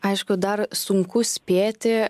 aišku dar sunku spėti